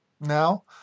now